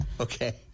Okay